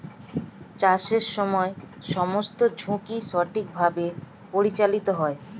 চাষের সময় সমস্ত ঝুঁকি সঠিকভাবে পরিচালিত হয়